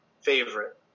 favorite